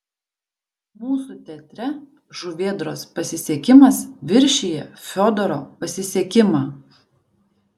mūsų teatre žuvėdros pasisekimas viršija fiodoro pasisekimą